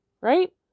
Right